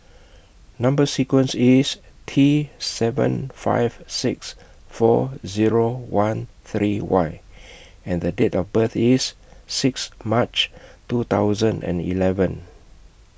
Number sequence IS T seven five six four Zero one three Y and Date of birth IS six March two thousand and eleven